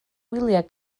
wyliau